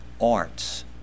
arts